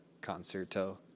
concerto